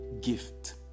gift